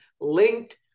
linked